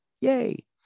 Yay